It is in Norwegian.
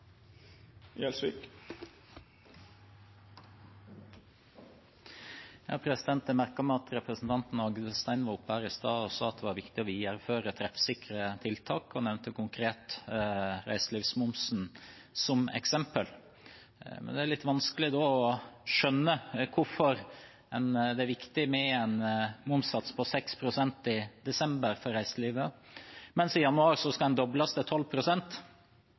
Jeg merket meg at representanten Agdestein var oppe på talerstolen i stad og sa det var viktig å videreføre treffsikre tiltak, og nevnte konkret reiselivsmomsen som eksempel. Da er det litt vanskelig å skjønne hvorfor det for reiselivet er viktig med en momssats på 6 pst. i desember, mens den i januar skal dobles til